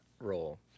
role